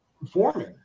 performing